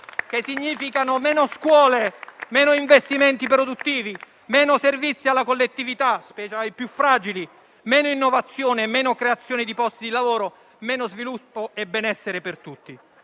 che significano meno scuole, meno investimenti produttivi, meno servizi alla collettività, specie ai più fragili, meno innovazione e meno creazione di posti di lavoro, meno sviluppo e benessere per tutti.